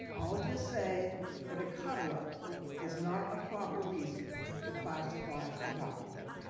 i will just say that a cover-up is not a proper reason to classify a document.